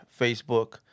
Facebook